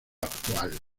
actual